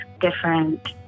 different